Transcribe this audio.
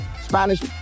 Spanish